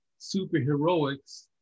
superheroics